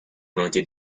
volonté